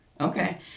Okay